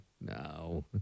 No